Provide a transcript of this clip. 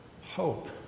hope